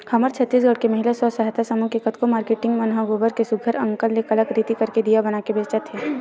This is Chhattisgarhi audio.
हमर छत्तीसगढ़ के महिला स्व सहयता समूह के कतको मारकेटिंग मन ह गोबर के सुग्घर अंकन ले कलाकृति करके दिया बनाके बेंचत हे